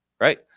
Right